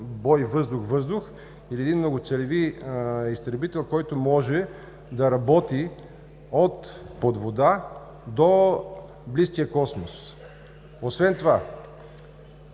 бой въздух-въздух, или един многоцелеви изтребител, който може да работи от – под вода, до близкия Космос. Освен това